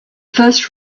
first